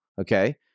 okay